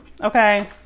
Okay